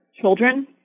children